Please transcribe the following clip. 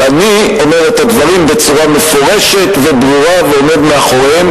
אבל אני אומר את הדברים בצורה מפורשת וברורה ועומד מאחוריהם,